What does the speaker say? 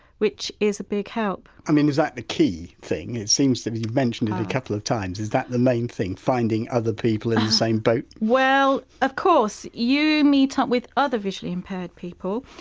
which is a big help i mean is that the key thing? it seems that you've mentioned it a couple of times, is that the main thing finding other people in the same boat? well of course, you meet up with other visually impaired people,